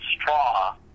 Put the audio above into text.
straw